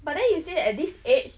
but then you say that at this age